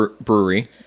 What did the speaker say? brewery